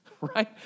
right